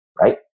right